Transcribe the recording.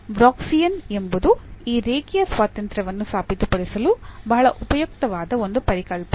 Wronskian ಎಂಬುದು ಈ ರೇಖೀಯ ಸ್ವಾತಂತ್ರ್ಯವನ್ನು ಸಾಬೀತುಪಡಿಸಲು ಉಪಯೋಗಿಸಬಹುದಾದಂತಹ ಒಂದು ಉಪಯುಕ್ತವಾದ ಪರಿಕಲ್ಪನೆ